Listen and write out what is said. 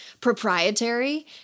proprietary